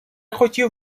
хотів